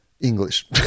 English